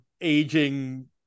aging